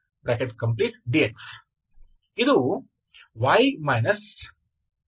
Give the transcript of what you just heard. ಆದ್ದರಿಂದ dy12i32dx ಇದು y 12i32